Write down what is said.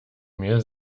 mel